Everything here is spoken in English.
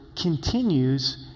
continues